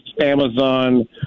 Amazon